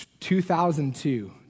2002